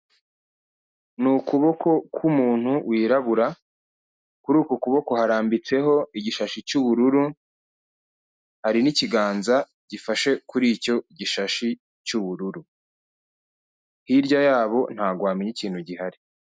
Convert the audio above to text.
Ni ukuboko k'umuntu wirabura, kuri uko kuboko harambitseho igishashi cy'ubururu hari n'ikiganza gifashe kuri icyo gishashi cy'ubururu. Hirya yabo ntabwo wamenya ikintu gihari.